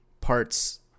parts